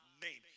name